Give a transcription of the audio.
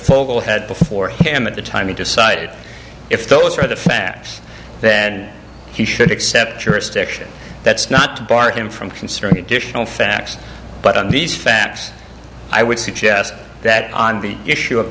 falwell had before him at the time he decided if those are the facts then he should accept jurisdiction that's not barred him from considering additional facts but on these facts i would suggest that on the issue of